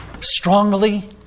strongly